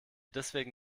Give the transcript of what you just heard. deswegen